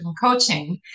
coaching